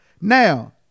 Now